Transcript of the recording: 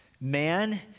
Man